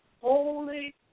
holy